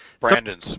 Brandon